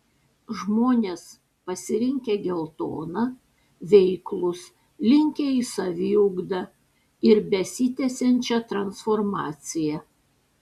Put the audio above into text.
žmones pasirinkę geltoną veiklūs linkę į saviugdą ir besitęsiančią transformaciją